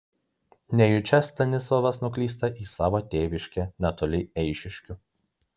nejučia stanislovas nuklysta į savo tėviškę netoli eišiškių